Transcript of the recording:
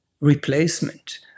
replacement